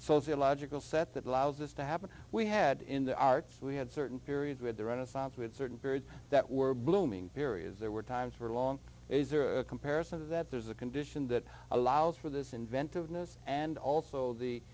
sociological set that allows this to happen we had in the arts we had certain periods with the renaissance we had certain periods that were blooming periods there were times where long is there a comparison of that there's a condition that allows for this inventiveness and also the